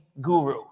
guru